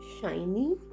shiny